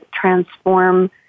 transform